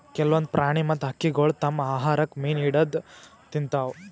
ಕೆಲ್ವನ್ದ್ ಪ್ರಾಣಿ ಮತ್ತ್ ಹಕ್ಕಿಗೊಳ್ ತಮ್ಮ್ ಆಹಾರಕ್ಕ್ ಮೀನ್ ಹಿಡದ್ದ್ ತಿಂತಾವ್